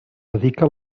dedica